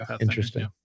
Interesting